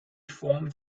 forms